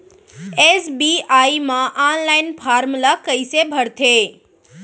SBI म online form ल कइसे भरथे?